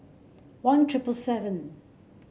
one thiple seven